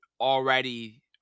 already